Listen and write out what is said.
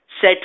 set